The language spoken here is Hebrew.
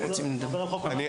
עורכת הדין מארגון עדאללה.